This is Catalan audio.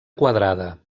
quadrada